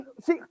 see